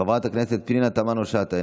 חברת הכנסת פנינה תמנו שטה,